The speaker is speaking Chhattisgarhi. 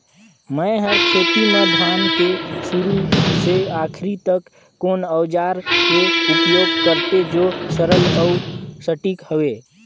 मै हर खेती म धान के शुरू से आखिरी तक कोन औजार के उपयोग करते जो सरल अउ सटीक हवे?